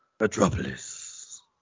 Metropolis